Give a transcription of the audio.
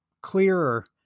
clearer